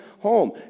home